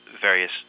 various